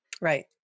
Right